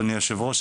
אדוני היושב-ראש,